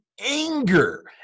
anger